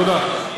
תודה.